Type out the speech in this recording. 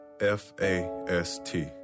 F-A-S-T